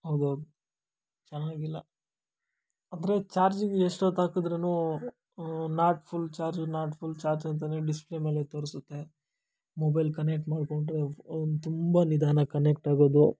ಹೌದೌದು ಚೆನ್ನಾಗಿಲ್ಲ ಅಂದರೆ ಚಾರ್ಜಿಗೆ ಎಷ್ಟೊತ್ತು ಹಾಕಿದ್ರುನೂ not full charge not full charge ಅಂತಲೇ ಡಿಸ್ಪ್ಲೇ ಮೇಲೆ ತೋರಿಸುತ್ತೆ ಮೊಬೈಲ್ ಕನೆಟ್ ಮಾಡಿಕೊಂಡ್ರೆ ತುಂಬ ನಿಧಾನಕ್ಕೆ ಕನೆಕ್ಟಾಗೋದು